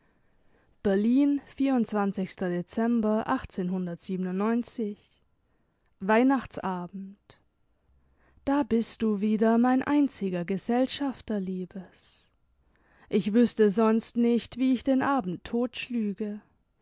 berlin dezember weihnachtsabend da bist du wieder mein einziger gesellschafter liebes ich wüßte sonst nicht wie ich den abend totschlüge